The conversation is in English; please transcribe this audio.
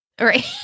Right